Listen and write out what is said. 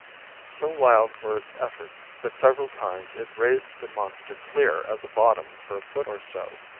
so wild were its efforts that several times it raised the monster clear of the bottom for a foot or so.